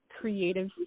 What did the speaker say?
creative